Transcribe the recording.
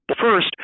first